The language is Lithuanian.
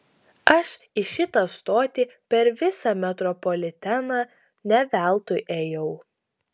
aš į šitą stotį per visą metropoliteną ne veltui ėjau